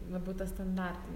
nu būtų standartinė